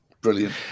Brilliant